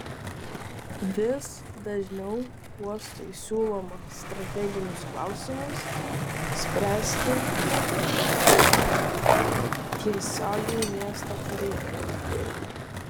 vis dažniau uostui siūloma strateginius klausimus spręsti tiesiogiai miesto taryboje